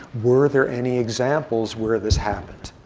were there any examples where this happened.